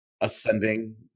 ascending